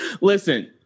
Listen